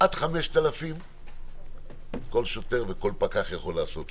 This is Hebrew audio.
עד 5,000 כל שוטר וכל פקח יכול לעשות לכולם.